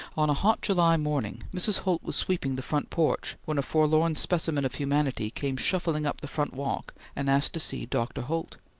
on a hot july morning mrs. holt was sweeping the front porch when a forlorn specimen of humanity came shuffling up the front walk and asked to see dr. holt.